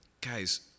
Guys